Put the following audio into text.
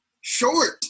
Short